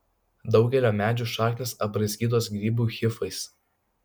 daugelio medžių šaknys apraizgytos grybų hifais